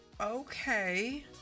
Okay